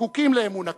זקוקים לאמון הכנסת.